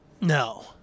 No